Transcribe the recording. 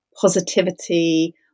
positivity